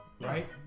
right